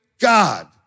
God